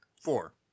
Four